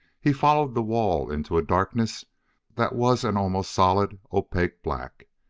he followed the wall into a darkness that was an almost solid, opaque black.